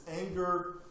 anger